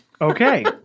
Okay